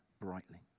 brightly